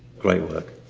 great work.